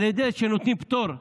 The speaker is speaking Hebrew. על ידי זה שנותנים פטור ממס,